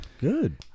Good